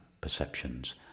perceptions